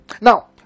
Now